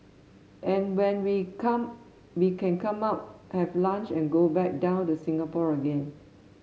and when we come we can come up have lunch and go back down to Singapore again